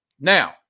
Now